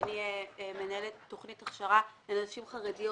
אני מנהלת תוכנית הכשרה לנשים חרדיות